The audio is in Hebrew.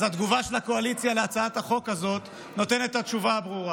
אז התגובה של הקואליציה להצעת החוק הזאת נותנת את התשובה הברורה.